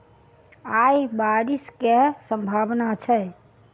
आय बारिश केँ सम्भावना छै?